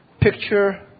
Picture